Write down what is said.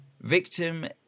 Victim